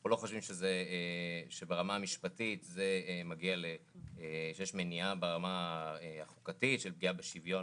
אנחנו לא חושבים שיש מניעה ברמה החוקתית של פגיעה בשוויון